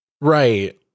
Right